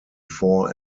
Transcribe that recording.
four